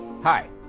Hi